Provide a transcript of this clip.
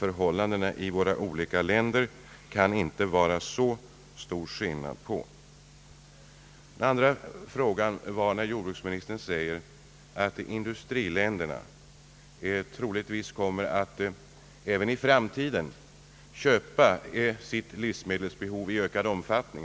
Det kan ju inte vara så stor skillnad på förhållandena i våra olika länder. Den andra frågan gällde jordbruksministerns yttrande, att industriländerna troligen även i framtiden kommer att köpa sitt livsmedelsbehov i ökad omfattning.